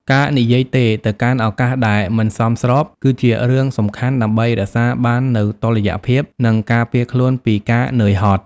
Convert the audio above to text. ការនិយាយ "ទេ" ទៅកាន់ឱកាសដែលមិនសមស្រប គឺជារឿងសំខាន់ដើម្បីរក្សាបាននូវតុល្យភាព និងការពារខ្លួនពីការហត់នឿយ។